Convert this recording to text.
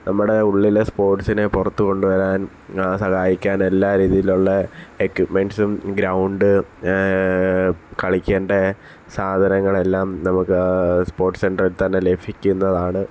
നമ്മുടെ ഉള്ളിലെ സ്പോട്ട്സിനെ പുറത്ത് കൊണ്ടുവരാൻ സഹായിക്കാൻ എല്ലാ രീതിയിലുള്ള എക്വിപ്മെൻറ്റ്സും ഗ്രൌൻഡ് കളിക്കേണ്ട സാധനങ്ങളെല്ലാം നമുക്ക് സ്പോർട്സ് സെന്ററിൽ തന്നെ ലഭിക്കുന്നതാണ്